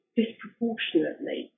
disproportionately